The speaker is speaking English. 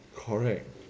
correct